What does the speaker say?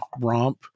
romp